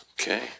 Okay